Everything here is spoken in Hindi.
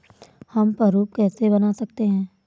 हम प्रारूप कैसे बना सकते हैं?